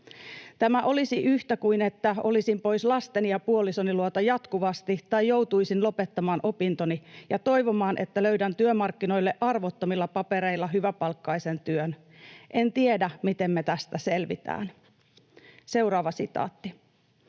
Tämä olisi yhtä kuin että olisin pois lasteni ja puolisoni luota jatkuvasti tai joutuisin lopettamaan opintoni ja toivomaan, että löydän työmarkkinoille arvottomilla papereilla hyväpalkkaisen työn. En tiedä, miten me tästä selvitään.” ”Opiskelen